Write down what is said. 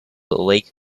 lake